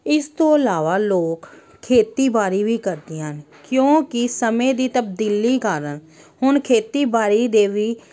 ਇਸ ਤੋਂ ਇਲਾਵਾ ਲੋਕ ਖੇਤੀਬਾੜੀ ਵੀ ਕਰਦੀਆਂ ਹਨ ਕਿਉਂਕਿ ਸਮੇਂ ਦੀ ਤਬਦੀਲੀ ਕਾਰਨ ਹੁਣ ਖੇਤੀਬਾੜੀ ਦੇ ਵੀ